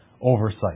oversight